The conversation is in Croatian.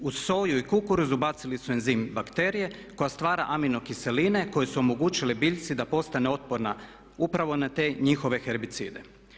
Uz soju i kukuruz ubacili su enzim bakterije koja stvara aminokiseline koje su omogućile biljci da postane otporna upravo na te njihove herbicide.